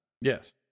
Yes